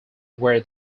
where